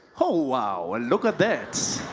oh wow, look at that.